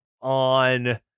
on